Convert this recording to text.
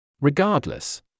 Regardless